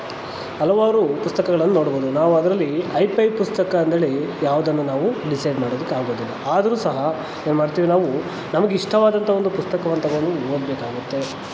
ಹಲವಾರು ಪುಸ್ತಕಗಳನ್ನು ನೋಡ್ಬೋದು ನಾವದರಲ್ಲಿ ಹೈಪೈ ಪುಸ್ತಕ ಅಂದೇಳಿ ಯಾವುದನ್ನೂ ನಾವು ಡಿಸೈಡ್ ಮಾಡೋದಕ್ಕಾಗೋದಿಲ್ಲ ಆದರೂ ಸಹ ಏನು ಮಾಡ್ತೀವಿ ನಾವು ನಮಿಗಿಷ್ಟವಾದಂಥ ಒಂದು ಪುಸ್ತಕವನ್ನು ತಗೊಂಡು ಓದಬೇಕಾಗುತ್ತೆ